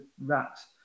rat's